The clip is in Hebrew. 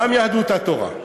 גם יהדות התורה,